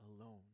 alone